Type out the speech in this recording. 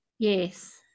Yes